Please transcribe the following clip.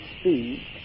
speed